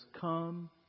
come